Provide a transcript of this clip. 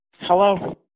hello